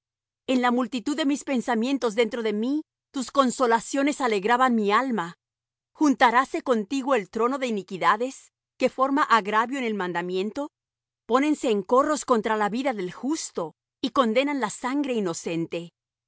en la multitud de mis pensamientos dentro de mí tus consolaciones alegraban mi alma juntaráse contigo el trono de iniquidades que forma agravio en el mandamiento pónense en corros contra la vida del justo y condenan la sangre inocente